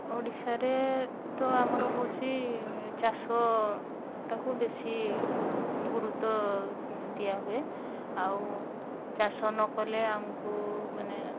ଓଡ଼ିଶାରେ ତ ଆମର ହେଉଛି ଚାଷଟାକୁ ବେଶୀ ଗୁରୁତ୍ୱ ଦିଆ ହୁଏ ଆଉ ଚାଷ ନକଲେ ଆମକୁ ମାନେ